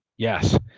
Yes